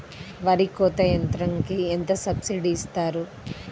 వరి కోత యంత్రంకి ఎంత సబ్సిడీ ఇస్తారు?